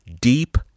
deep